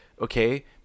okay